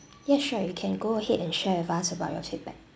yes sure you can go ahead and share with us about your feedback